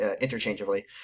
interchangeably